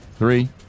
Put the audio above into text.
Three